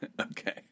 Okay